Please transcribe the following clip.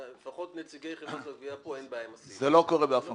לא קורה באף מקום.